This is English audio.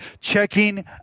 checking